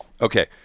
Okay